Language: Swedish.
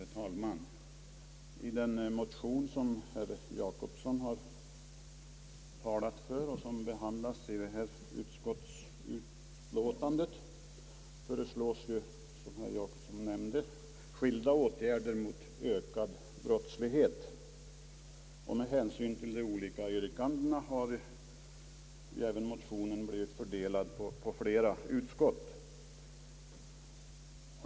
Herr talman! I den motion som herr Jacobsson har talat för och som behandlas i utskottsutlåtandet föreslås, som herr Jacobsson nämnde, skilda åtgärder mot ökad brottslighet, och med hänsyn till de olika yrkandena har motionen blivit fördelad på flera utskott.